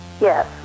yes